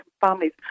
families